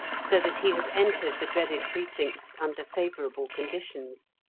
so that he had entered the dreaded precincts under favourable conditions.